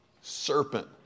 Serpent